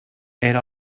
era